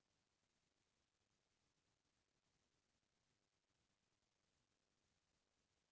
किसान मन बर आर्थिक सहायता पाय बर का पात्रता होथे?